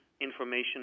information